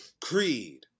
Creed